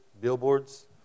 billboards